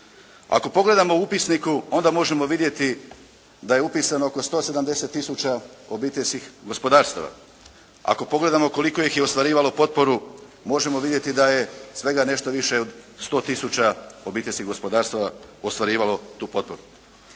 Ako pogledamo u upisniku onda možemo vidjeti da je upisano oko 170 tisuća obiteljskih gospodarstava. Ako pogledamo koliko ih je ostvarivalo potporu možemo vidjeti da je svega nešto više od 100 tisuća obiteljskih gospodarstava ostvarivalo tu potporu.